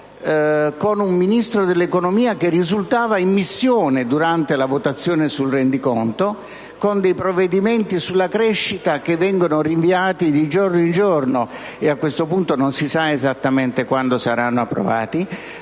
con un Ministro dell'economia che risultava in missione durante la votazione sul rendiconto, con dei provvedimenti sulla crescita che vengono rinviati di giorno in giorno e, a questo punto, non si sa esattamente quando saranno approvati.